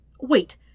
Wait